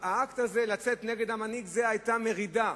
האקט הזה לצאת כנגד המנהיג, זו היתה מרידה,